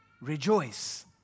rejoice